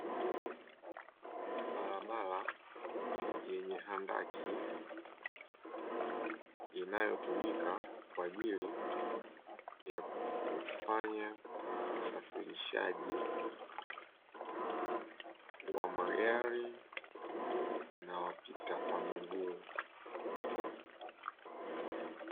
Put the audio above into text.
Barabara yenye handaki, inayotumika kwa ajili ya kufanya usafirishaji wa magari nawapita kwa miguu.